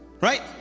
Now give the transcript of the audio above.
right